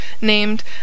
named